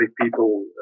people